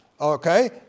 Okay